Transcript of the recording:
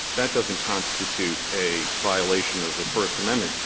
that doesn't constitute a violation of the first amendment.